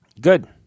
good